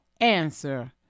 answer